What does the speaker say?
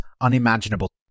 unimaginable